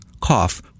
cough